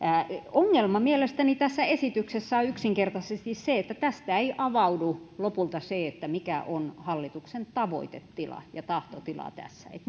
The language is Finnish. ongelma tässä esityksessä on yksinkertaisesti se että tästä ei avaudu lopulta se mikä on hallituksen tavoitetila ja tahtotila tässä että